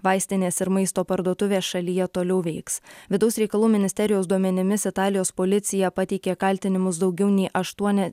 vaistinės ir maisto parduotuvės šalyje toliau veiks vidaus reikalų ministerijos duomenimis italijos policija pateikė kaltinimus daugiau nei aštuoni